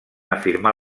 afirmar